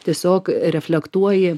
tiesiog reflektuoji